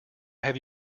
have